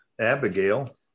Abigail